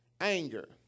anger